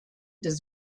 does